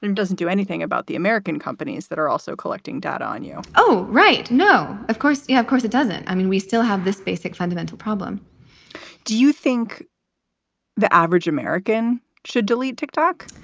and doesn't do anything about the american companies that are also collecting data on you oh, right. no, of course. yeah, of course it doesn't. i mean, we still have this basic fundamental problem do you think the average american should delete? ticktock